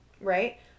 right